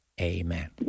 Amen